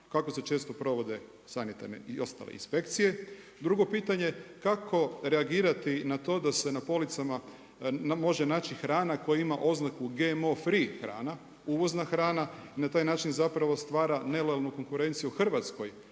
Kako se često provode sanitarne i ostale inspekcije? Drugo pitanje, kako reagirati na to da se na policama može naći hrana koja ima oznaku GMO free hrana, uvozna hrana i na taj način zapravo stvara nelojalnu konkurenciju hrvatskoj